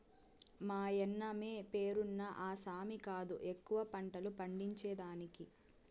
మాయన్నమే పేరున్న ఆసామి కాదు ఎక్కువ పంటలు పండించేదానికి